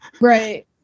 right